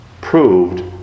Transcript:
proved